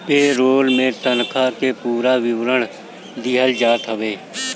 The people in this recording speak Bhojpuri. पे रोल में तनखा के पूरा विवरण दिहल जात हवे